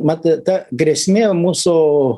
mat ta grėsmė mūsų